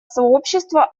сообщества